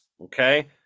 Okay